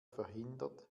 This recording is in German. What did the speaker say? verhindert